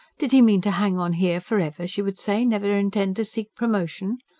did he mean to hang on here for ever, she would say never intend to seek promotion?